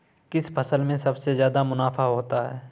किस फसल में सबसे जादा मुनाफा होता है?